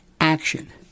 action